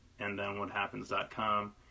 andthenwhathappens.com